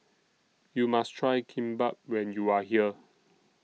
YOU must Try Kimbap when YOU Are here